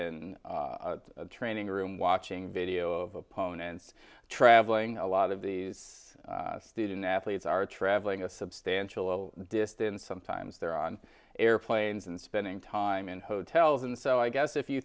the training room watching video of opponents traveling a lot of these student athletes are traveling a substantial distance sometimes they're on airplanes and spending time in hotels and so i guess if you